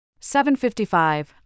755